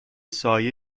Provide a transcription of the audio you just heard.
سایه